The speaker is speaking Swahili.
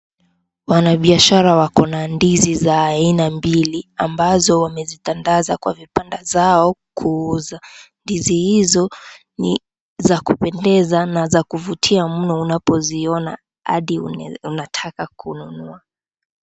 Wanabiashara wako na ndizi za aina mbili ambazo wamezitandaza kwa kibanda zao kuuza. Ndizi hizo ni za kupendeza na kuvutia mno unapoziona hadi unataka kununua.